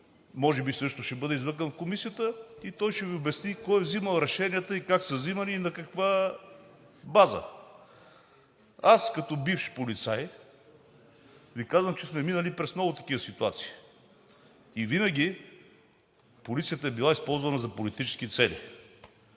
може би също ще бъде извикан в комисията и ще Ви обясни кой е взимал решенията, как са взимани и на каква база. Аз като бивш полицай Ви казвам, че сме минали през много такива ситуации и винаги полицията е била използвана за политически цели.